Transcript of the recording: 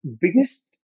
biggest